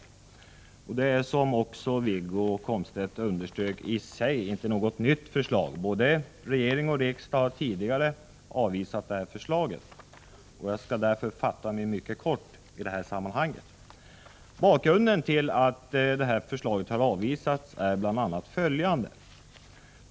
Som Wiggo Komstedt också underströk är det inte något nytt förslag. Både regeringen och riksdagen har tidigare avvisat det. Jag skall därför fatta mig mycket kort. Bakgrunden till att förslaget har avvisats är bl.a. följande.